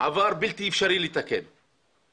שבלתי אפשרי לתקן את העבר,